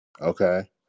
Okay